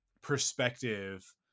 perspective